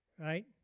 right